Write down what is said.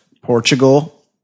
Portugal